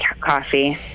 coffee